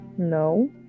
No